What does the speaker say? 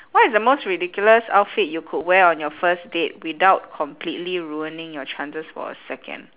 what is the most ridiculous outfit you could wear on your first date without completely ruining your chances for a second